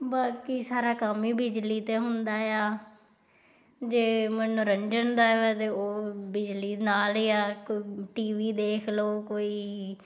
ਬਾਕੀ ਸਾਰਾ ਕੰਮ ਹੀ ਬਿਜਲੀ 'ਤੇ ਹੁੰਦਾ ਆ ਜੇ ਮਨੋਰੰਜਨ ਦਾ ਐ ਵੇ ਅਤੇ ਉਹ ਬਿਜਲੀ ਨਾਲ ਹੀ ਆ ਕੋਈ ਟੀ ਵੀ ਦੇਖ ਲਓ ਕੋਈ